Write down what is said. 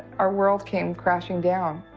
our world came crashing down.